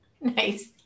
Nice